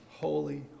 holy